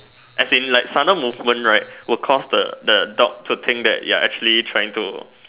as in like sudden movement right will cause the the dog to think that you're actually trying to